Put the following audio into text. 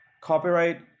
copyright